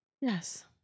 Yes